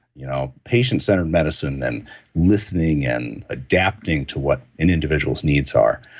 you know patient-centered medicine, and listening, and adapting to what an individual's needs are.